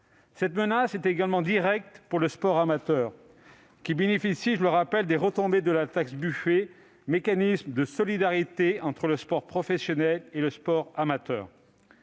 Cette menace est également directe pour le sport amateur, qui bénéficie- je le rappelle -des retombées de la taxe Buffet, mécanisme de solidarité entre le sport professionnel et le sport amateur.